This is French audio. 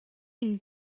une